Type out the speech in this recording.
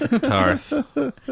Tarth